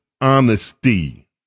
honesty